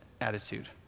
attitude